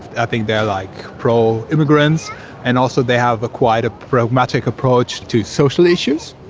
i think they are, like, pro-immigrants and also they have quite a pragmatic approach to social issues,